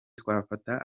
twafata